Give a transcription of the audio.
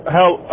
help